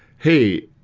hey,